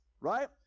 right